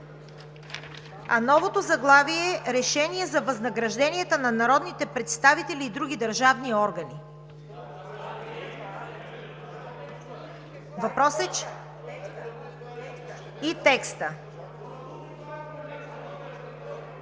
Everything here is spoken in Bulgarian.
А новото заглавие е: „Решение за възнагражденията на народните представители и други държавни органи“. (Реплики от